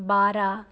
बारा